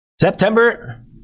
September